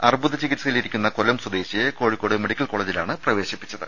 അർബുദ ചികിത്സയിലിരിക്കുന്ന കൊല്ലം സ്വദേശിയെ കോഴിക്കോട് മെഡിക്കൽ കോളജിലാണ് പ്രവേശിപ്പിച്ചത്